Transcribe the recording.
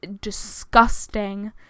disgusting